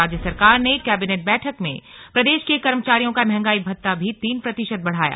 राज्य सरकार ने कैबिनेट बैठक में प्रदेश के कर्मचारियों का महंगाई भत्ता भी तीन प्रतिशत बढ़ाया